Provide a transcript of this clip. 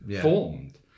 formed